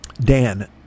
Dan